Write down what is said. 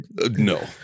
No